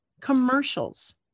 Commercials